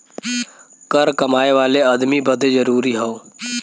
कर कमाए वाले अदमी बदे जरुरी हौ